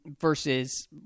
versus